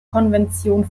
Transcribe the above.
konvention